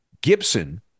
Gibson